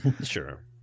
sure